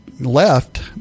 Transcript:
left